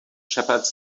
shepherds